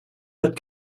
that